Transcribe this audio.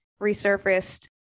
resurfaced